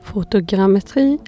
Fotogrammetri